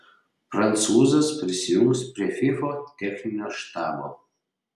prancūzas prisijungs prie fifa techninio štabo